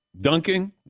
dunking